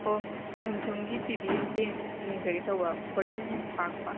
ꯁꯝꯁꯨꯡꯒꯤ T V ꯑꯝꯇ ꯌꯦꯡ ꯌꯦꯡꯖꯒꯦ ꯇꯧꯕ ꯐꯣꯔꯇꯤꯟ ꯏꯟꯆ ꯄꯥꯛꯄ